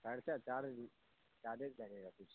خرچہ چارجیز لگے گا کچھ